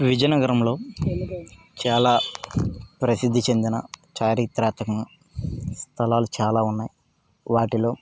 విజయనగరంలో చాలా ప్రసిద్ధి చెందిన చారిత్రాతక స్థలాలు చాలా ఉన్నాయి వాటిలో